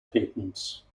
patents